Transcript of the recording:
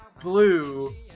Blue